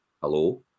Hello